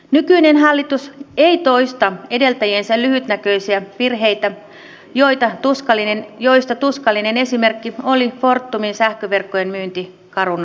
nykyinen hallitus ei toista edeltäjiensä lyhytnäköisiä virheitä joista tuskallinen esimerkki oli fortumin sähköverkkojen myynti carunalle